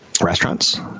restaurants